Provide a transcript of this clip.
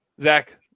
zach